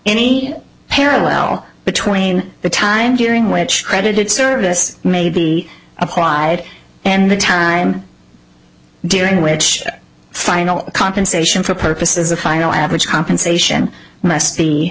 any parallel between the time during which credited service may be applied and the time during which the final compensation for purposes of higher average compensation must be